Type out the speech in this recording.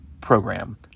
program